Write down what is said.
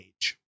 age